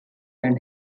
and